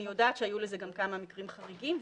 אני יודעת שהיו לזה גם כמה מקרים חריגים,